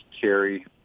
carry